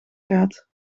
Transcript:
gaat